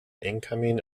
incoming